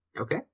Okay